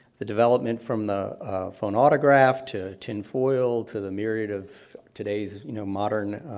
the development from the phonautograph to tin foil to the myriad of today's, you know, modern